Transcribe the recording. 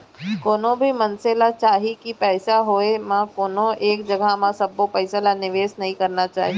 कोनो भी मनसे ल चाही के पइसा होय म कोनो एके जघा म सबो पइसा ल निवेस नइ करना चाही